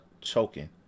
choking